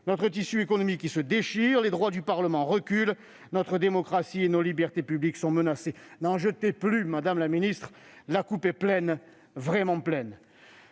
notre tissu économique se déchire ; les droits du Parlement reculent ; notre démocratie et nos libertés publiques sont menacées. N'en jetez plus, madame la ministre, la coupe est pleine, vraiment pleine